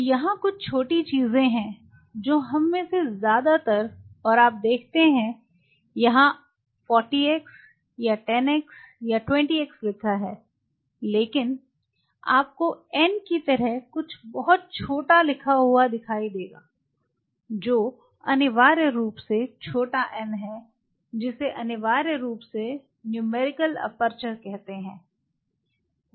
तो यहाँ कुछ छोटी चीजें हैं जो हम में से ज्यादातर और आप देखते हैं यह 40x या 10x या 20x लिखा है लेकिन आपको n की तरह कुछ बहुत छोटा लिखा हुआ दिखाई देगा जो अनिवार्य रूप से छोटा n है जिसे अनिवार्य रूप से न्यूमेरिकल एपर्चर कहते हैं